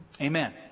Amen